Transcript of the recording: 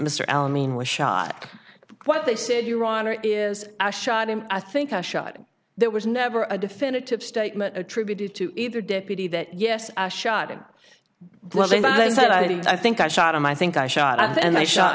mr al ameen was shot what they said your honor is i shot him i think i shot him there was never a definitive statement attributed to either deputy that yes i shot him i think i shot him i think i shot and i shot